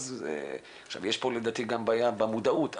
יש פה לדעתי גם בעיה במודעות.